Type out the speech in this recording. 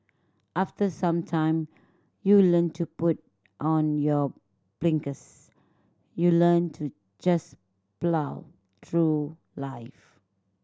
after some time you learn to put on your blinkers you learn to just plough through life